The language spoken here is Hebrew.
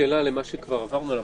שאלה למה שכבר עברנו עליו,